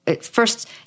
First